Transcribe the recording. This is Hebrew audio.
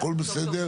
הכל בסדר,